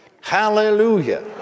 Hallelujah